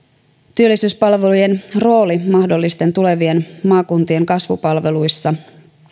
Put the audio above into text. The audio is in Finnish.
työllisyyspalvelujen rooli mahdollisten tulevien maakuntien kasvupalveluissa